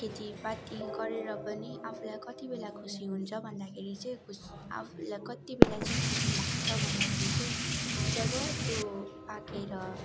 खेतीपाती गरेर पनि आफूलाई कतिबेला खुसी हुन्छ भन्दाखेरि चाहिँ खुस आफूलाई कतिबेला चाहिँ खुसी लाग्छ भन्दाखेरि चाहिँ जब त्यो पाकेर